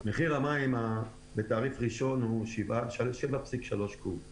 מחיר המים בתעריף הראשון הוא 7.3 שקלים לקו"ב מים.